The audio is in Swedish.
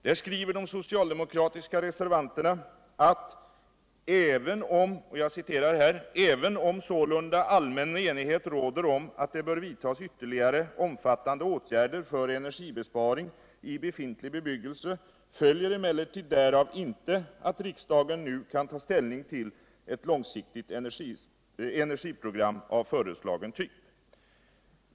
Där skriver de socialdemokratiska reservanterna: ”Även om sålunda allmän enighet råder om att det bör vidtas vtterligare omfattande åtgärder för energibesparing I befintlig bebyggelse följer emellertid därav inte att riksdagen nu kan ta ställning till ett långsiktigt cnergisparprogram av föreslagen typ.